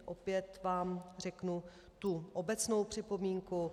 Opět vám řeknu tu obecnou připomínku.